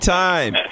time